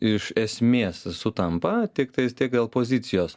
iš esmės sutampa tiktais tiek gal pozicijos